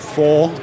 four